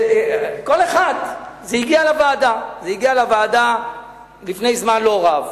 זה הגיע לוועדה לפני זמן לא רב,